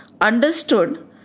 understood